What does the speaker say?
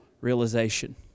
realization